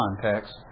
context